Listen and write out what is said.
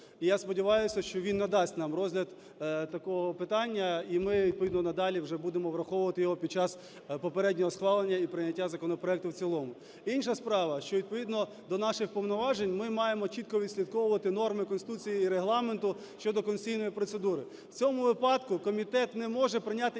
І я сподіваюсь, що він надасть нам розгляд такого питання і ми, відповідно, надалі вже будемо враховувати його під час попереднього схвалення і прийняття законопроекту в цілому. Інша справа, що відповідно до наших повноважень ми маємо чітко відслідковувати норми Конституції і Регламенту щодо конституційної процедури. В цьому випадку комітет не може прийняти іншого